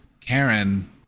Karen